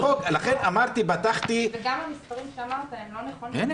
גם המספרים שאמרת הם לא נכונים.